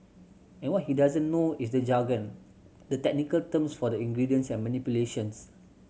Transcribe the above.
and what he doesn't know is the jargon the technical terms for the ingredients and manipulations